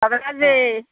কবে আসবে